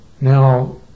now